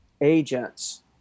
agents